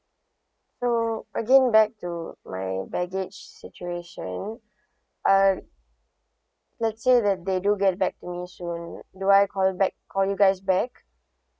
so again back to my baggage situation uh let's say that they do get back to me soon do I call you back call you guys back